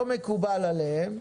לא מקובל עליהם,